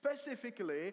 specifically